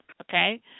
okay